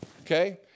okay